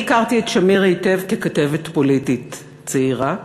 אני הכרתי את שמיר היטב ככתבת פוליטית צעירה.